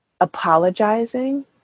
apologizing